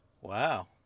Wow